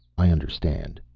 i understand.